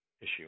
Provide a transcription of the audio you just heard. issue